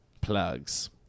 Plugs